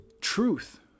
truth